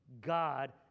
God